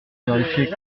vérifier